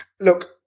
Look